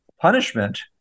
punishment